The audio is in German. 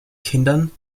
kindern